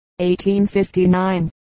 1859